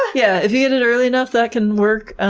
yeah if you get it early enough that can work.